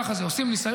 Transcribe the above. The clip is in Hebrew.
ככה זה, עושים ניסיון.